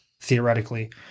theoretically